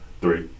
three